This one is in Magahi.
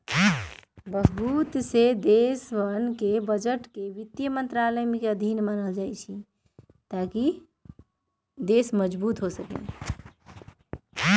बहुत से देशवन के बजट के वित्त मन्त्रालय के अधीन मानल जाहई